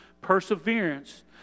perseverance